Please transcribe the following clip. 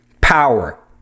Power